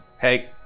Hey